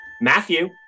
Matthew